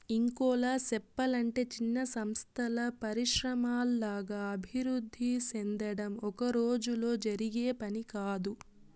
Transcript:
ఇంకోలా సెప్పలంటే చిన్న సంస్థలు పరిశ్రమల్లాగా అభివృద్ధి సెందడం ఒక్కరోజులో జరిగే పని కాదు